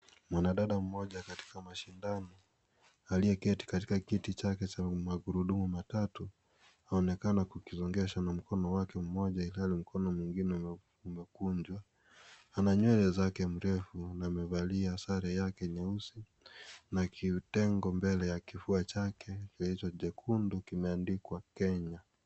Mwanadada mmoja katika mashindano aliyeketi katika kiti chake cha magurudumu matatu aonekana kukizungusha na mkono wake mmoja ilhali mkono mwengine umekunjwa. Ana nywele zake mrefu na amevalia sare yake nyeusi na kiutengo mbele ya kifua chake kilicho chekundu kimeandikwa Kenya.